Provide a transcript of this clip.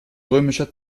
römischer